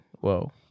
Whoa